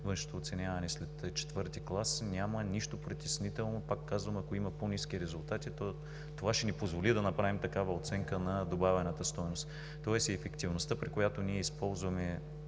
външното оценяване след IV клас, и няма нищо притеснително. Пак казвам, ако има по-ниски резултати, това ще ни позволи да направим такава оценка на добавената стойност. Тоест ефективността, която ние използваме,